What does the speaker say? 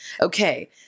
Okay